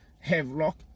Havelock